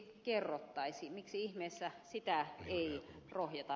miksi ihmeessä sitä ei rohjeta